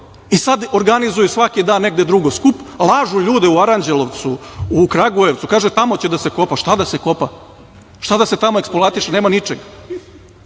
I sad organizuju svaki dan negde drugo skup, lažu ljude u Aranđelovcu, u Kragujevcu, kažu – tamo će da se kopa. Šta da se kopa? Šta da se tamo eksploatiše? Nema ničega.